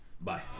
Bye